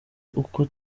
uko